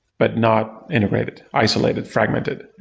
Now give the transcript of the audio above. but not integrated, isolated, fragmented,